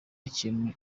ikintu